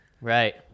Right